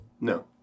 No